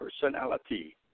Personality